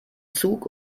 zug